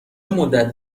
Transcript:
مدت